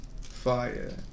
fire